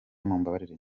mumbabarire